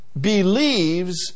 believes